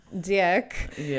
dick